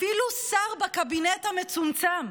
אפילו שר בקבינט המצומצם,